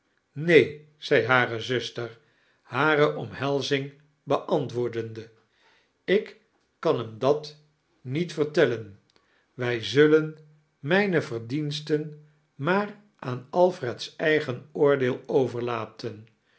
neen zei hare zuster hare omhelzing beantwaordende ik kan hem dat niet vertellen wij zullen mijne verdiensten maar aan alfred's eigen oordeel overlaten